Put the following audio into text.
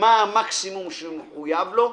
מה המקסימום שהוא מחויב לו,